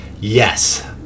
Yes